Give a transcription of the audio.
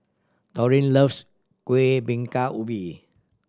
Doreen loves Kuih Bingka Ubi